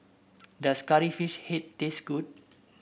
does Curry Fish Head taste good